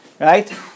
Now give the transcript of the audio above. right